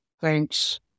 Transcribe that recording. thanks